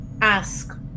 ask